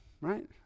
Right